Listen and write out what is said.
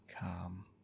calm